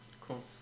cool